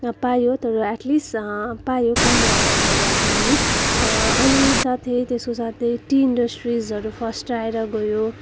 पायो तर at least पायो कम मात्रामा भए पनि अनि साथै त्यसको साथै टी इन्टस्ट्रिजहरू फस्टाएर गयो